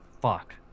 Fuck